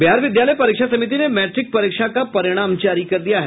बिहार विद्यालय परीक्षा समिति ने मैट्रिक परीक्षा का परिणाम जारी कर दिया है